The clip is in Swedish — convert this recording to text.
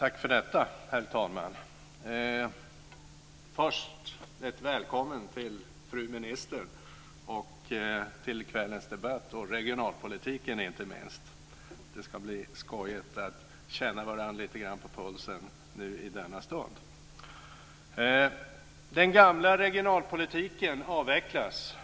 Herr talman! Först ett välkommen till fru minister och till kvällens debatt, och inte minst till regionalpolitiken. Det ska bli skojigt att känna varandra lite grann på pulsen nu i denna stund. Den gamla regionalpolitiken avvecklas,